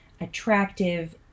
attractive